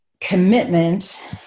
commitment